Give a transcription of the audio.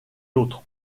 l’autre